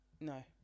No